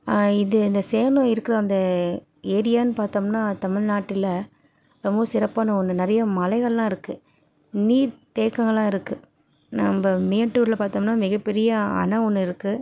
இது இந்த சேலம் இருக்கிற அந்த ஏரியான்னு பார்த்தோம்ன்னா தமிழ்நாட்டுல ரொம்பவும் சிறப்பான ஒன்று நிறையா மலைகளெலாம் இருக்குது நீர் தேக்கங்களெலாம் இருக்குது நம்ம மேட்டூரில் பார்த்தோம்ன்னா மிகப்பெரிய அணை ஒன்று இருக்குது